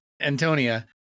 Antonia